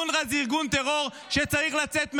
אונר"א הוא ארגון טרור שצריך לצאת מהחוק.